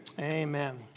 Amen